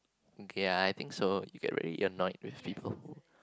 okay I I think so you get really annoyed with people